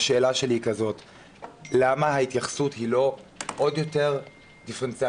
והשאלה שלי היא למה ההתייחסות היא לא עוד יותר דיפרנציאלית,